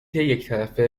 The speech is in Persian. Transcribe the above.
یکطرفه